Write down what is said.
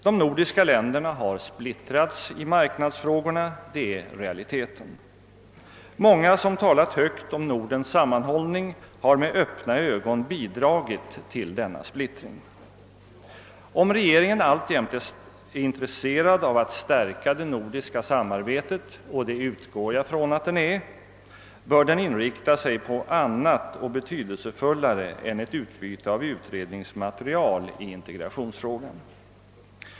De nordiska länderna har splittrats i marknadsfrågorna — det är realiteten. Många som talat högt om Nordens sammanhållning har med öppna ögon bidragit till denna splittring. Om regeringen alltjämt är intresserad av att stärka det nordiska samarbetet — och det utgår jag från att den är — bör den inrikta sig på andra och betydelsefullare ting än ett utbyte av utredningsmaterial i integrationsfrågan.